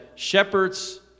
shepherds